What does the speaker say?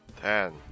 Ten